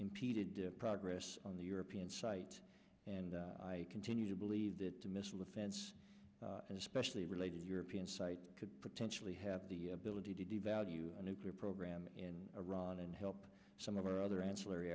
impeded progress on the european site and i continue to believe that a missile defense and especially related european site could potentially have the ability to devalue a nuclear program in iran and help some of the other ancillary